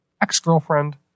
ex-girlfriend